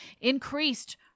increased